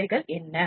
இவைகள் என்ன